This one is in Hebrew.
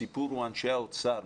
הסיפור הוא אנשי האוצר.